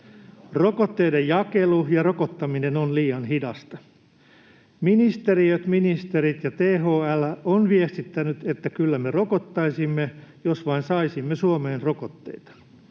Rokotteiden jakelu ja rokottaminen on liian hidasta. Ministeriöt, ministerit ja THL ovat viestittäneet, että kyllä me rokottaisimme, jos vain saisimme Suomeen rokotteita.